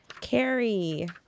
Carrie